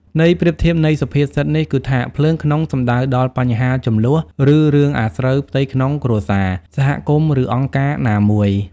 ន័យប្រៀបធៀបនៃសុភាសិតនេះគឺថា ភ្លើងក្នុង សំដៅដល់បញ្ហា ជម្លោះ ឬរឿងអាស្រូវផ្ទៃក្នុងគ្រួសារ សហគមន៍ ឬអង្គការណាមួយ។